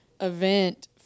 event